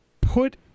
put